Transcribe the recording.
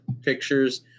pictures